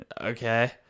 Okay